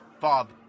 Bob